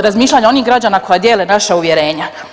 razmišljanja onih građana koja dijele naša uvjerenja.